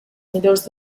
millors